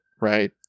right